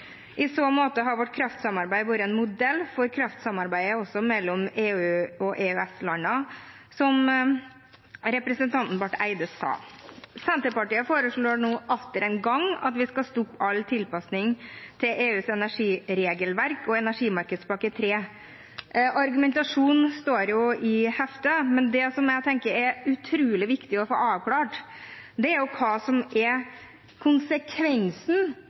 I så måte har vårt kraftsamarbeid vært en modell også for kraftsamarbeidet mellom EU og EØS-landene, som representanten Barth Eide sa. Senterpartiet foreslår nå atter en gang at vi skal stoppe all tilpasning til EUs energiregelverk og tredje energimarkedspakke. Argumentasjonen står jo i heftet, men det jeg tenker er utrolig viktig å få avklart, er hva som er konsekvensen